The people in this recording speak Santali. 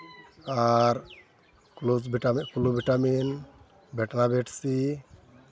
ᱟᱨ ᱠᱞᱳᱵᱷᱤᱴᱟᱢᱤᱱ ᱵᱤᱴᱱᱟ ᱵᱮᱴ ᱥᱤ